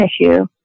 issue